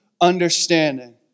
understanding